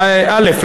א.